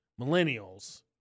millennials